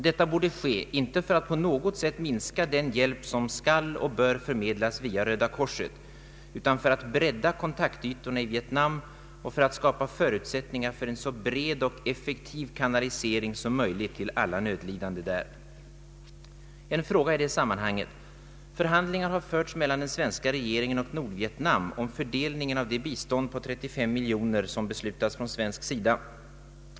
Detta borde ske inte för att på något sätt minska den hjälp som skall och bör förmedlas via Röda korset utan för att bredda kontaktytorna i Vietnam och för att skapa förutsättningar för en så bred och effektiv kanalisering som möjligt till alla de nödlidande i Vietnam. En fråga i detta sammanhang: Förhandlingar har förts mellan den svenska regeringen och Nordvietnam om fördelningen av det bistånd på 35 miljoner kronor som beslutats från svensk sida.